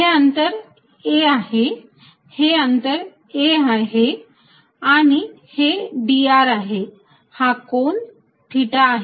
हे अंतर a आहे हे अंतर a आहे आणि हे dr आहे हा कोन थिटा आहे